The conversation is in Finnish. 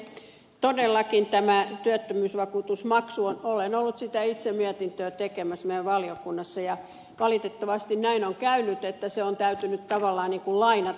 todellakin tä mä työttömyysvakuutusmaksu olen ollut itse sitä mietintöä tekemässä meidän valiokunnassamme ja valitettavasti näin on käynyt että se on täytynyt tavallaan niin kuin lainata